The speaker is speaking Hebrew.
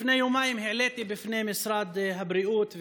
לפני יומיים העליתי בפני משרד הבריאות,